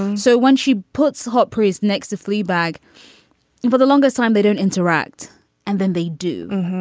so when she puts hot praise next to fleabag for the longest time, they don't interact and then they do.